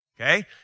Okay